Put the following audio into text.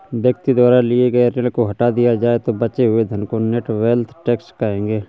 व्यक्ति द्वारा लिए गए ऋण को हटा दिया जाए तो बचे हुए धन को नेट वेल्थ टैक्स कहेंगे